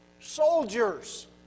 soldiers